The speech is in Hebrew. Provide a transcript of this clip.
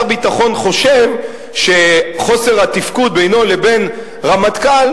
ביטחון חושב שבחוסר התפקוד בינו לבין רמטכ"ל,